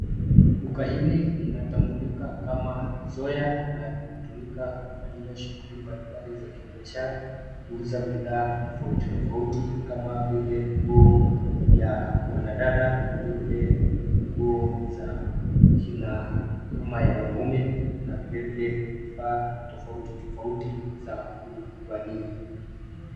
Duka hili linatambulika kama [cs[Zoya na linatumika kufanyia shughuli mbalimbali za kibiashara kuuza bidhaa tofauti tofauti kama vile nguo ya wanadada vile vile nguo za kina ama ya wanaume na vilevile vifaa tofauti tofauti za kuvalia.